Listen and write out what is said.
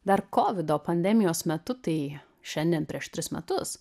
dar kovido pandemijos metu tai šiandien prieš tris metus